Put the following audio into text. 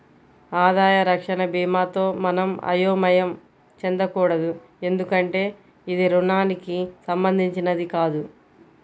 ఆదాయ రక్షణ భీమాతో మనం అయోమయం చెందకూడదు ఎందుకంటే ఇది రుణానికి సంబంధించినది కాదు